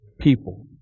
people